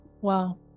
Wow